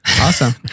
Awesome